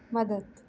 मदत